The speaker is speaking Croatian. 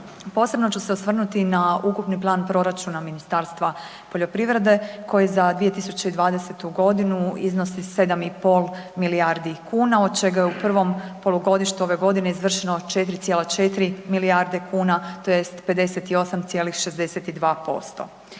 Posebno ću se osvrnuti na ukupni plan proračuna Ministarstva poljoprivrede koji za 2020. g. iznosi 7,5 milijardi kuna od čega je u prvom polugodištu ove godine izvršeno 4,4 milijarde kune tj. 58,62%.